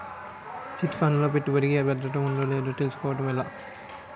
Chit fund లో పెట్టుబడికి భద్రత ఉందో లేదో తెలుసుకోవటం ఎలా?